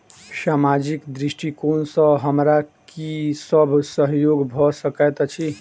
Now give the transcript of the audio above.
सामाजिक दृष्टिकोण सँ हमरा की सब सहयोग भऽ सकैत अछि?